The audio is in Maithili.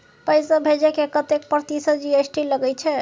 पैसा भेजै में कतेक प्रतिसत जी.एस.टी लगे छै?